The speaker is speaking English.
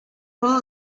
kill